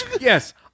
Yes